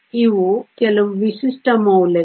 ಇವು ಕೆಲವು ವಿಶಿಷ್ಟ ಮೌಲ್ಯಗಳು